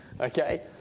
Okay